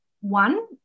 one